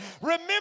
Remember